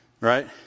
right